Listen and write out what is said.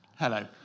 Hello